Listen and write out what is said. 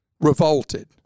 revolted